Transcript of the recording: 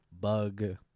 bug